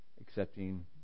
accepting